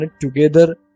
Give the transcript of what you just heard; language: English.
together